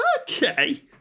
okay